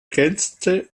grenzte